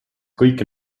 kõik